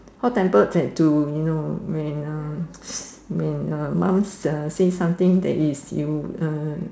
hot tempered that to you know when uh when uh mom uh say something that is you uh